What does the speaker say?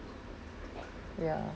ya